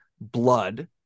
blood